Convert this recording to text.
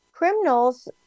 Criminals